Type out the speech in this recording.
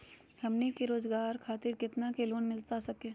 हमनी के रोगजागर खातिर कितना का लोन मिलता सके?